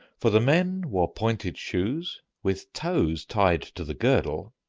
for the men wore pointed shoes with toes tied to the girdle,